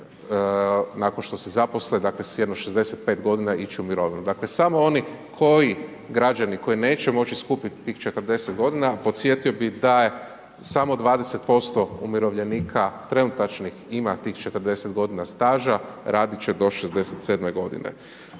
nakon što se zaposle, dakle s jedno 65 godina ići u mirovinu. Dakle samo oni koji, građani koji neće moći skupiti tih 40 godina podsjetio bih da je samo 20% umirovljenika, trenutačnih ima tih 40 godina staža, raditi će do 67 godine.